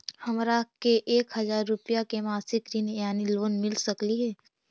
हमरा के एक हजार रुपया के मासिक ऋण यानी लोन मिल सकली हे?